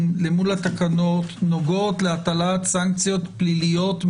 למול התקנות הנוגעות להטלת סנקציות פליליות,